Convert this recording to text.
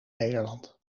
nederland